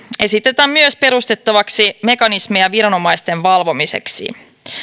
esitetään myös perustettavaksi mekanismeja viranomaisten valvomiseksi